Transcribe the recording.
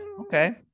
Okay